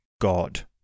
God